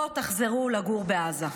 לא תחזרו לגור בעזה.